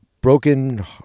broken